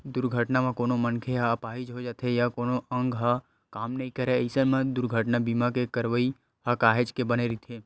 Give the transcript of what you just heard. दुरघटना म कोनो मनखे ह अपाहिज हो जाथे या कोनो अंग ह काम नइ करय अइसन बर दुरघटना बीमा के करई ह काहेच के बने रहिथे